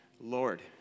Lord